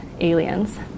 aliens